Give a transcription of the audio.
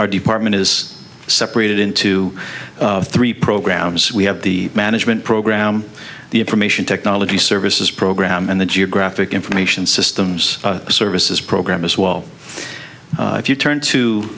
our department is separated into three programs we have the management program the information technology services program and the geographic information systems services program as well if you turn to